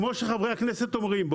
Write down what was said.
כמו שחברי הכנסת אומרים,